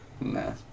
No